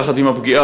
יחד עם הפגיעה,